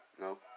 no